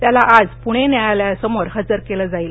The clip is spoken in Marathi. त्याला आज पुणे न्यायालयासमोर हजर केलं जाईल